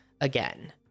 Again